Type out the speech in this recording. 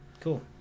Cool